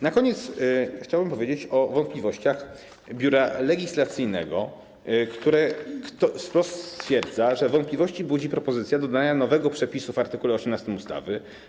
Na koniec chciałbym powiedzieć o wątpliwościach Biura Legislacyjnego, które wprost stwierdza, że wątpliwości budzi propozycja dodania nowego przepisu w art. 18 ustawy.